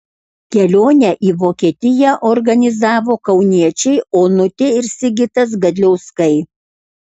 kelionę į vokietiją organizavo kauniečiai onutė ir sigitas gadliauskai